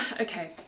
okay